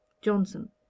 Johnson